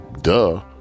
duh